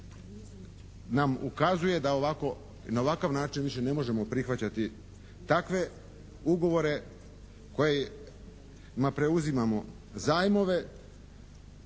nam ukazuje da na ovakav način više ne možemo prihvaćati takve ugovore kojima preuzimamo zajmove